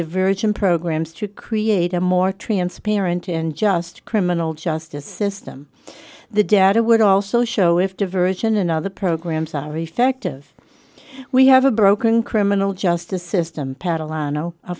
diversion programs to create a more transparent and just criminal justice system the data would also show if diversion and other programs are effective we have a broken criminal justice system paddle